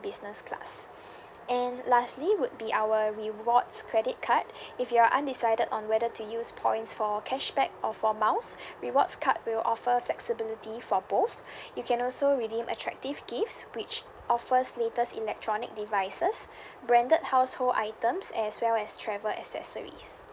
business class and lastly would be our rewards credit card if you're undecided on whether to use points for cashback or for miles rewards card will offer flexibility for both you can also redeem attractive gifts which offers latest electronic devices branded household items as well as travel accessories